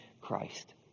Christ